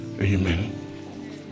Amen